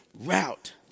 route